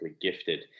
gifted